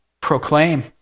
proclaim